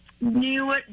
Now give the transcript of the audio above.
new